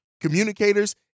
communicators